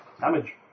Damage